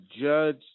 judge